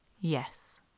Yes